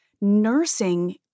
nursing